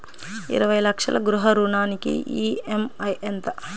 ఇరవై లక్షల గృహ రుణానికి ఈ.ఎం.ఐ ఎంత?